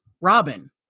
Robin